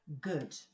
Good